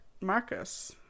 Marcus